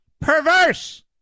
Perverse